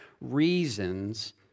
reasons